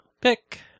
Pick